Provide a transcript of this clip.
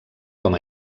com